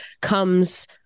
comes